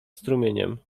strumieniem